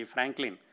Franklin